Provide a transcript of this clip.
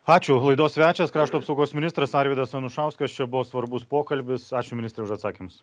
ačiū laidos svečias krašto apsaugos ministras arvydas anušauskas čia buvo svarbus pokalbis ačiū ministre už atsakymus